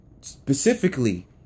specifically